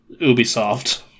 Ubisoft